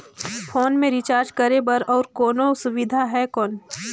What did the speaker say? Phone मे recharge करे बर और कोनो सुविधा है कौन?